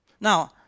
Now